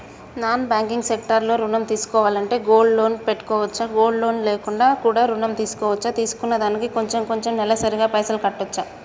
Non banking sector లో ఋణం తీసుకోవాలంటే గోల్డ్ లోన్ పెట్టుకోవచ్చా? గోల్డ్ లోన్ లేకుండా కూడా ఋణం తీసుకోవచ్చా? తీసుకున్న దానికి కొంచెం కొంచెం నెలసరి గా పైసలు కట్టొచ్చా?